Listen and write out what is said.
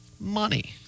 money